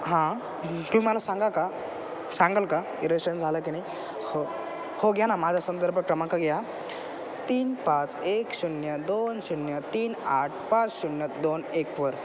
हां तुमी मला सांगा का सांगाल का कि रजिस्टेशन झालं की नाही हो हो घ्या ना माझा संदर्भ क्रमांक घ्या तीन पाच एक शून्य दोन शून्य तीन आठ पाच शून्य दोन एक वर